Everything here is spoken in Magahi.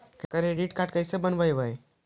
क्रेडिट कार्ड कैसे बनवाई?